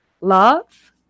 Love